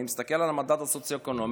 אני מסתכל על המדד הסוציו-אקונומי,